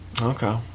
Okay